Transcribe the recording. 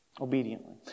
obediently